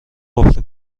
قفل